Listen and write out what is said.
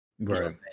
Right